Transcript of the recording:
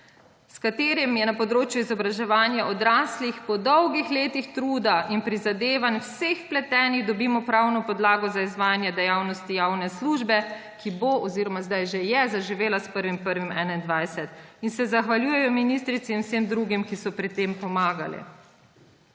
s katerim na področju izobraževanja odraslih po dolgih letih truda in prizadevanj vseh vpletenih dobimo pravno podlago za izvajanje dejavnosti javne službe, ki bo,« oziroma zdaj je že, »zaživela s 1. 1. 2021«. In se zahvaljujejo ministrici in vsem drugim, ki so pri tem pomagali.